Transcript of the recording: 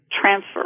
transfer